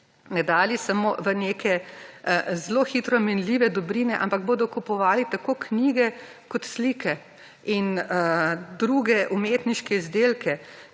ne dali samo v neke zelo hitro menljive dobrine, ampak bodo kupovali tako knjige kot slike in druge umetniške izdelke,